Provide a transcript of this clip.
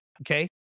Okay